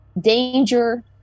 danger